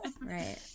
right